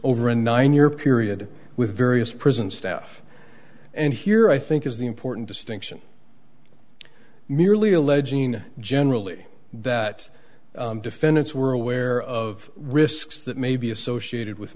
over a nine year period with various prison staff and here i think is the important distinction merely alleging generally that defendants were aware of risks that may be associated with